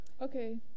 Okay